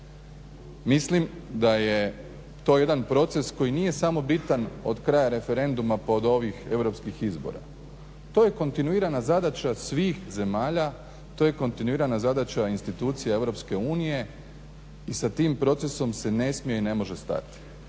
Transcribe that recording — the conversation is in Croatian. Mislim da je to jedan proces koji nije samo bitan od kraja referenduma pa od ovih europskih izbora, to je kontinuirana zadaća svih zemalja, to je kontinuirana zadaća institucija EU i sa tim procesom se ne smije i ne može stati.